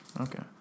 okay